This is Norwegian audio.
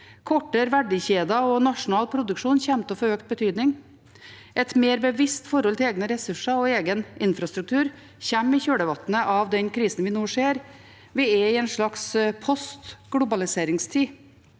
Kortere verdikjeder og nasjonal produksjon kommer til å få økt betydning. Et mer bevisst forhold til egne ressurser og egen infrastruktur kommer i kjølvannet av den kri sen vi nå ser. Vi er i en slags post-globaliseringstid,